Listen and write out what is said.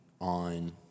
on